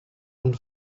and